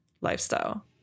lifestyle